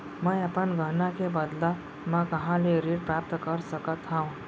मै अपन गहना के बदला मा कहाँ ले ऋण प्राप्त कर सकत हव?